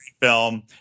Film